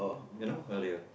you know earlier